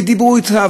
ודיברו אתה,